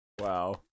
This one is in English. Wow